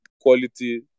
quality